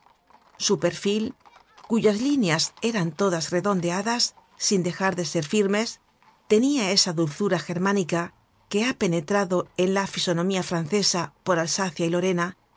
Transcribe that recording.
su perfil cuyas líneas eran todas redondeadas sin dejar de ser firmes tenia esa dulzura germánica que ha penetrado en la fisonomía francesa por alsacia y lorena